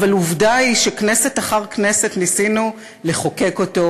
אבל עובדה היא שכנסת אחר כנסת ניסינו לחוקק אותו,